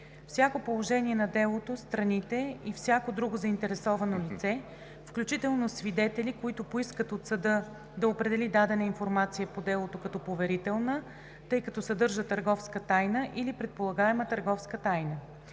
всяко положение на делото страните и всяко друго заинтересовано лице, включително свидетели, може да поискат от съда да определи дадена информация по делото като поверителна, тъй като съдържа търговска тайна или предполагаема търговска тайна.